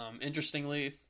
Interestingly